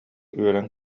үөрэн